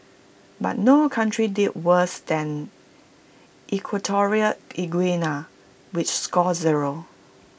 but no country did worse than equatorial Guinea which scored zero